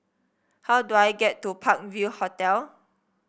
how do I get to Park View Hotel